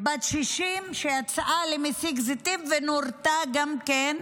בת 60 שיצאה למסיק זיתים ונורתה גם כן.